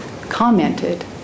commented